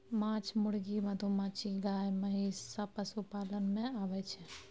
माछ, मुर्गी, मधुमाछी, गाय, महिष सब पशुपालन मे आबय छै